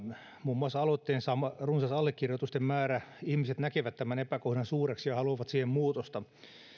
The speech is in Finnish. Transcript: muun muassa aloitteen saama runsas allekirjoitusten määrä ihmiset näkevät tämän epäkohdan suureksi ja haluavat siihen muutosta